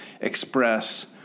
express